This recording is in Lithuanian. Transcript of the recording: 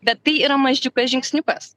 bet tai yra mažiukas žingsniukas